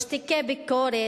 משתיקי ביקורת,